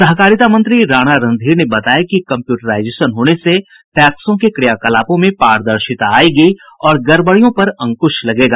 सहकारिता मंत्री राणा रणधीर ने बताया कि कम्प्यूटराइजेशन होने से पैक्सों के क्रियाकलापों में पारदर्शिता आयेगी और गड़बड़ियों पर अंकुश लगेगा